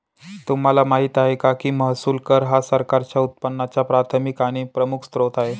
तुम्हाला माहिती आहे का की महसूल कर हा सरकारच्या उत्पन्नाचा प्राथमिक आणि प्रमुख स्त्रोत आहे